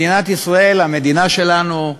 מדינת ישראל, המדינה שלנו,